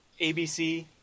ABC